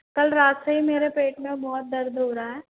कल रात से ही मेरे पेट में बहुत दर्द हो रहा है